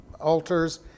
altars